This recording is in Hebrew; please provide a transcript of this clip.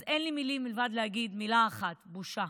אז אין לי מילים מלבד להגיד מילה אחת: בושה.